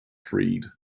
freed